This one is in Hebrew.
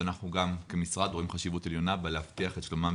שאנחנו כמשרד גם רואים חשיבות עליונה להבטיח את שלומם